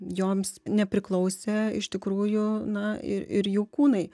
joms nepriklausė iš tikrųjų na i ir jų kūnai